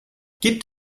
gibt